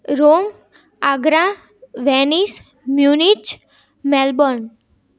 Rome Agra Venice Munich Melbourne